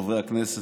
חברי הכנסת,